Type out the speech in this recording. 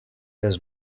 els